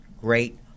great